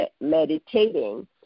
meditating